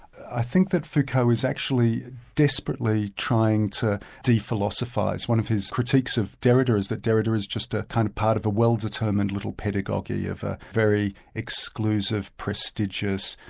i think that foucault was actually desperately trying to de-philosophise. one of his critiques of derrida is that derrida is just a kind of part of a well-determined little pedagoguery of a very exclusive, prestigious,